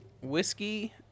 whiskey